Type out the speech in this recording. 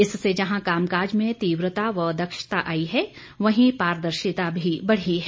इससे जहां कामकाज में तीव्रता व दक्षता आई है वहीं पारदर्शिता भी बढ़ी है